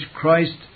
Christ